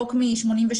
חוק מ-88'